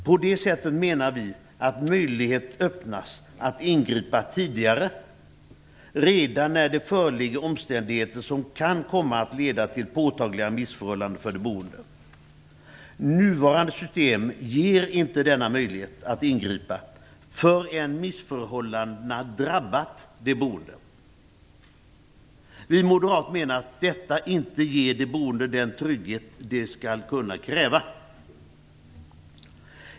På det sättet menar vi att det öppnas en möjlighet att ingripa tidigare, redan när det föreligger omständigheter som kan komma att leda till påtagliga missförhållanden för de boende. Det nuvarande systemet ger inte möjlighet att ingripa förrän missförhållandena har drabbat de boende. Vi moderater menar att detta inte ger de boende den trygghet som de skall kunna kräva.